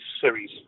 series